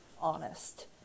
honest